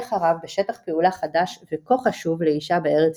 כיבושך הרב בשטח פעולה חדש וכה חשוב לאישה בא"י".